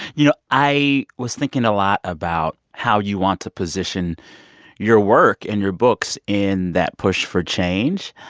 you know, i was thinking a lot about how you want to position your work and your books in that push for change.